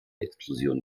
explosion